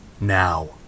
Now